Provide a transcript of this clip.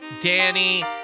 Danny